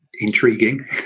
intriguing